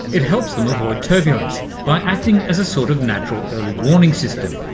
it helps them avoid turbulence by acting as a sort of natural early warning system,